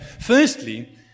Firstly